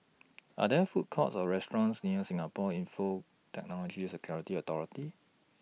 Are There Food Courts Or restaurants near Singapore Infocomm Technology Security Authority